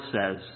says